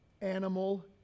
animal